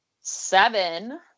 seven